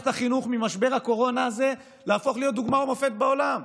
לחסוך את המכירה הזאת וכן לפתור בעיה כלכלית,